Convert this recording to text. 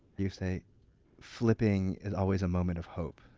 you say flipping is always a moment of hope.